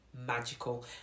magical